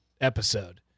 episode